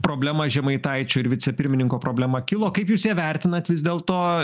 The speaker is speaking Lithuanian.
problema žemaitaičio ir vicepirmininko problema kilo kaip jūs ją vertinat vis dėlto